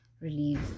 relief